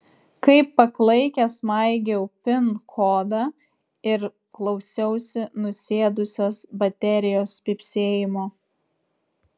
kaip paklaikęs maigiau pin kodą ir klausiausi nusėdusios baterijos pypsėjimo